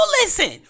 listen